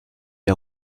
der